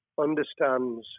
understands